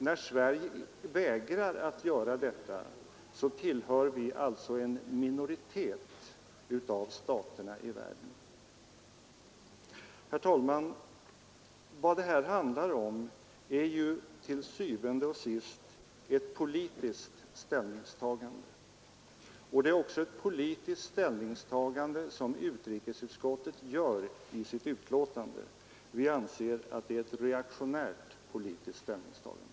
När Sverige vägrar att göra detta, tillhör vi alltså en minoritet av staterna i världen. Herr talman! Vad detta handlar om är ju til syvende og sidst ett politiskt ställningstagande. Det är också ett politiskt ställningstagande bindelser med Republiken Sydvietnams provisoriska revolutionära rege: ring som utrikesutskottet gör i sitt betänkande. Vi anser att det är ett reaktionärt politiskt ställningstagande.